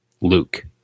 Luke